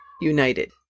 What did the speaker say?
united